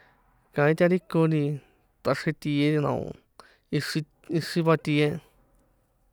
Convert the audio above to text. Kaín ta ri ko nti ṭaxrje tie, na o̱ ixri, ixri va tie.